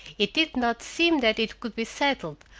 it did not seem that it could be settled,